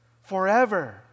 forever